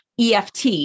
EFT